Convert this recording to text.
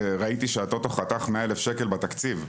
וראיתי שהטוטו חתך מאה אלף שקל בתקציב.